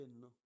no